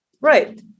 Right